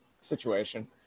situation